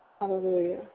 Hallelujah